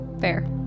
Fair